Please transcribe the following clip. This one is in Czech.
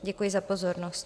Děkuji za pozornost.